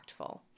impactful